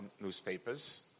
newspapers